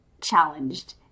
challenged